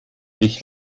ich